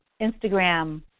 Instagram